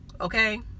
Okay